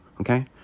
Okay